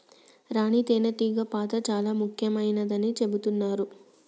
రాణి తేనే టీగ పాత్ర చాల ముఖ్యమైనదని చెబుతున్నరు